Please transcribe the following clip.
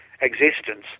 existence